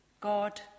God